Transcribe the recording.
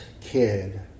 kid